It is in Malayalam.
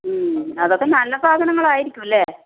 അതൊക്കെ നല്ല സാധനങ്ങളായിരിക്കുമല്ലേ